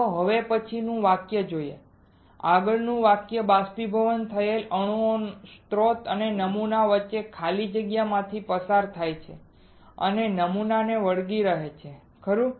ચાલો હવે પછીનું વાક્ય જોઈએ આગળનું વાક્ય બાષ્પીભવન થયેલ અણુઓ સ્ત્રોત અને નમૂના વચ્ચે ખાલી જગ્યા માંથી પસાર થાય છે અને નમૂનાને વળગી રહે છે ખરું